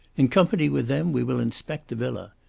in company with them we will inspect the villa.